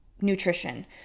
nutrition